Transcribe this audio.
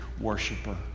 worshiper